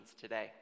today